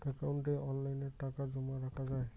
একাউন্টে অনলাইনে টাকা জমা রাখা য়ায় কি?